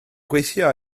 gweithio